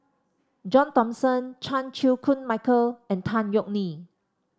John Thomson Chan Chew Koon Michael and Tan Yeok Nee